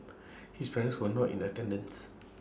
his parents were not in attendance